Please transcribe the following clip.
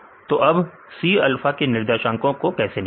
तो अब C alpha के निर्देशांको को कैसे निकालें